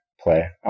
play